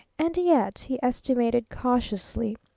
and yet he estimated cautiously,